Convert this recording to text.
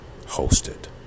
hosted